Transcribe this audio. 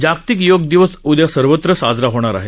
जागतिक योग दिवस उद्या सर्वत्र साजरा होणार आहे